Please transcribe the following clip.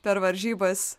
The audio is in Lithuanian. per varžybas